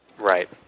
Right